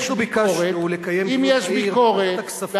אנחנו ביקשנו לקיים דיון מהיר בוועדת הכספים על